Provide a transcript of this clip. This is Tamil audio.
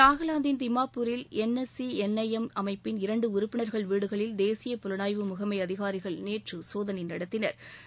நாகலாந்தின் திமாபூரில் N S C N I M அமைப்பின் இரண்டு உறுப்பினர்கள் வீடுகளில் தேசிய புலனாய்வு முகமை அதிகாரிகள் நேற்று சோதனை நடத்தினா்